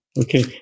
Okay